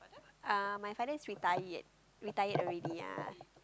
uh my father is retired retired already yeah